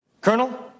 Colonel